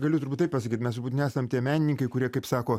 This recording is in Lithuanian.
galiu turbūt taip pasakyt mes nesam tie menininkai kurie kaip sako